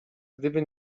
gdyby